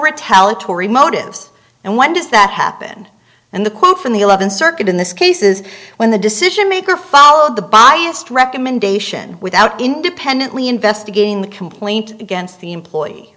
retaliatory motives and when does that happen and the quote from the eleventh circuit in this case is when the decision maker followed the biased recommendation without independently investigating the complaint against the employee